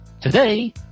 Today